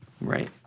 right